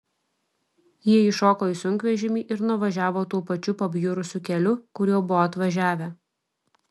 jie įšoko į sunkvežimį ir nuvažiavo tuo pačiu pabjurusiu keliu kuriuo buvo atvažiavę